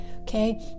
Okay